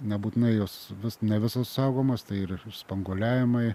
nebūtinai jos vis ne visos saugomos tai ir spanguoliavimai